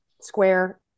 square